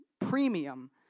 premium